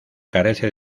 carece